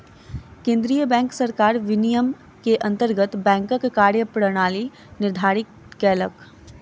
केंद्रीय बैंक सरकार विनियम के अंतर्गत बैंकक कार्य प्रणाली निर्धारित केलक